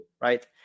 right